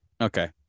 Okay